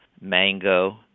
mango